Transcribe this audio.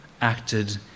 acted